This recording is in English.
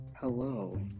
Hello